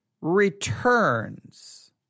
returns